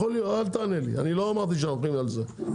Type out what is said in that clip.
אני לא אמרתי שאנחנו הולכים על זה,